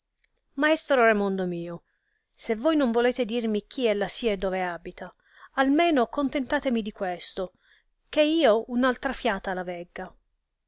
maestro raimondo mio se voi non volete dirmi chi ella sia e dove abita almeno contentatemi di questo che io un'altra fiata la vegga